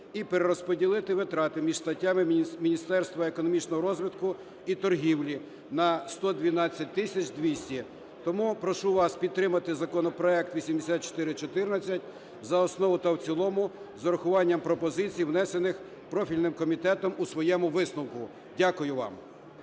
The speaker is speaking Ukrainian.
і перерозподілити витрати між статтями Міністерства економічного розвитку і торгівлі на 112 тисяч 200. Тому прошу вас підтримати законопроект 8414 за основу та в цілому з урахуванням пропозицій, внесених профільним комітетом у своєму висновку. Дякую вам.